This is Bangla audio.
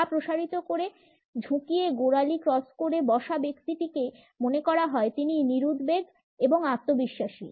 পা প্রসারিত করে ঝুঁকিয়ে গোড়ালি ক্রস করে বসা ব্যক্তিটিকে মনে করা হয় তিনি নিরুদ্বেগ এবং আত্মবিশ্বাসী